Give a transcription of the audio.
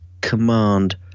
Command